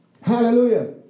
Hallelujah